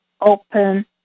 open